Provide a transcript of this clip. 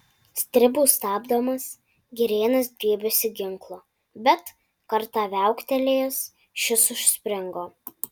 stribų stabdomas girėnas griebėsi ginklo bet kartą viauktelėjęs šis užspringo